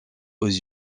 aux